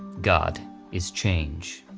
god is change.